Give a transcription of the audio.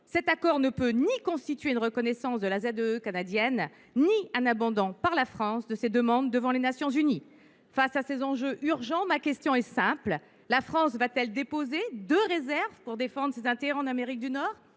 Ces accords ne peuvent ni constituer une reconnaissance de la ZEE canadienne ni un abandon par la France de ses demandes devant les Nations unies. Face à ces enjeux urgents, ma question est simple. La France défendra t elle ses deux réserves pour préserver ses intérêts en Amérique du Nord ?